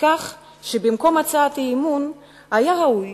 כך שבמקום הצעת אי-אמון היה ראוי